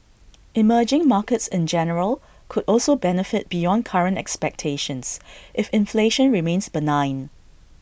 emerging markets in general could also benefit beyond current expectations if inflation remains benign